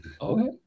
Okay